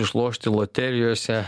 išlošti loterijose